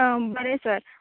आं बरें सर